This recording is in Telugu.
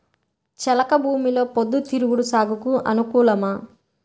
చెలక భూమిలో పొద్దు తిరుగుడు సాగుకు అనుకూలమా?